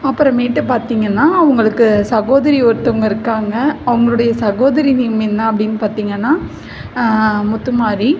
அப்புறமேட்டு பார்த்திங்கன்னா அவங்களுக்கு சகோதரி ஒருத்தவங்க இருக்காங்கள் அவங்களுடைய சகோதரி நேம் என்ன அப்படின்னு பார்த்திங்கன்னா முத்துமாரி